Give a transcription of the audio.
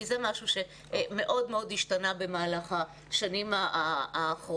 כי זה משהו שמאוד מאוד השתנה בשנים האחרונות.